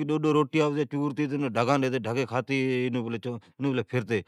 تھال ھیٹھی ھرتی پتی آٹی چپاتی نلکی۔